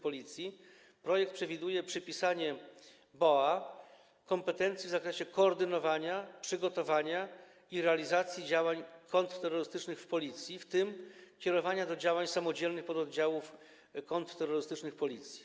Policji w projektowanej ustawie przewiduje się przypisanie BOA kompetencji w zakresie koordynowania, przygotowania i realizacji działań kontrterrorystycznych Policji, w tym kierowania do działań samodzielnych pododdziałów kontrterrorystycznych Policji.